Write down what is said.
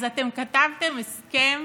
אז אתם כתבתם הסכם